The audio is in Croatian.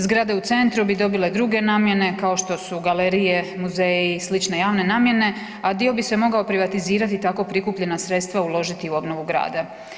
Zgrade u centru bi dobile druge namjene kao što su galerije, muzeji i slične javne namjene, a dio bi se mogao privatizirati i tako prikupljena sredstva uložiti u obnovu Grada.